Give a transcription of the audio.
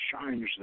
shines